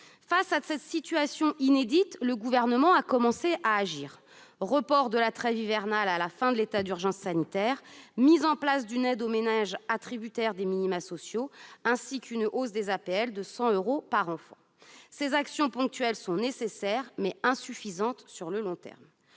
Face à cette situation inédite, le Gouvernement a commencé à agir : report de la trêve hivernale à la fin de l'état d'urgence sanitaire, mise en place d'une aide aux ménages attributaires des minima sociaux, ainsi qu'une hausse de l'aide personnalisée au logement de 100 euros par enfant. Ces actions ponctuelles sont nécessaires, mais insuffisantes sur le long terme.